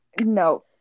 No